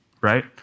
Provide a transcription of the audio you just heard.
right